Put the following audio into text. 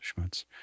schmutz